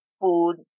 food